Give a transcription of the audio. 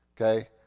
okay